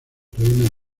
reina